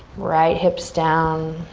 right hips down